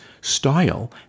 style